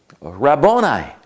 Rabboni